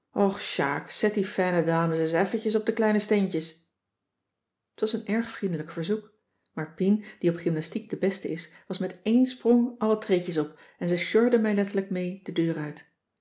och sjaak zet die fêne dames és effetjes op de kleine steentjes t was een erg vriendelijk verzoek maar pien die op gymnastiek de beste is was met eén sprong alle treedjes op en ze sjorde mij letterlijk mee de deur uit